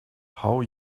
how